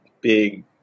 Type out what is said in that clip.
big